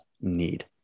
need